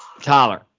Tyler